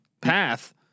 path